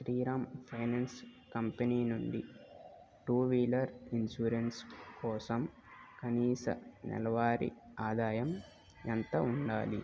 Sriram finance company నుండి two wheeler insurance కోసం కనీస నెలవారి ఆదాయం ఎంత ఉండాలి